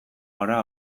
gara